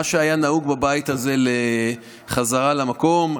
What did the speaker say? מה שהיה נהוג בבית הזה, חזרה למקום.